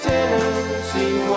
Tennessee